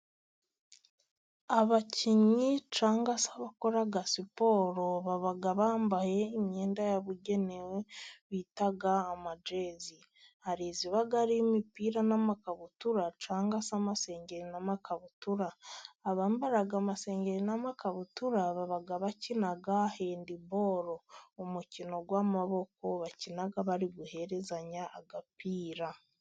Abakinnyi cyangwa se abakora siporo baba bambaye imyenda yabugenewe bita amajezi, hari iba ari iy'imipira, n'amakabutura cyangwa amasengeri n'amakabutura , abambara amasengeri n'amakabutura baba bakina handibolo umukino w'amaboko bakina bari guherezanya agapira.